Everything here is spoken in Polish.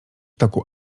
toku